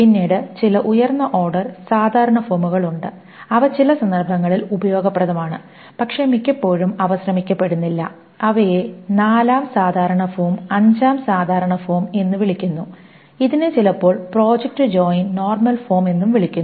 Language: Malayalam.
പിന്നീട് ചില ഉയർന്ന ഓർഡർ സാധാരണ ഫോമുകൾ ഉണ്ട് അവ ചില സന്ദർഭങ്ങളിൽ ഉപയോഗപ്രദമാണ് പക്ഷേ മിക്കപ്പോഴും അവ ശ്രമിക്കപ്പെടുന്നില്ല അവയെ 4 ആം സാധാരണ ഫോം 5 ആം സാധാരണ ഫോം എന്ന് വിളിക്കുന്നു ഇതിനെ ചിലപ്പോൾ പ്രോജക്റ്റ് ജോയിൻ നോർമൽ ഫോം എന്നും വിളിക്കുന്നു